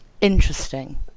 interesting